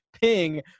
ping